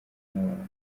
nabantu